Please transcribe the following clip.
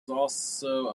also